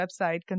website